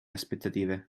aspettative